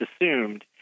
assumed